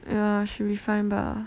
yeah should be fun lah